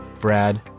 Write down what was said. Brad